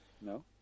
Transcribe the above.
No